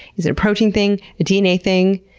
is it a protein thing? a dna thing?